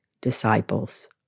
disciples